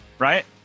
Right